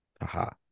Aha